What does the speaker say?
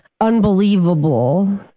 unbelievable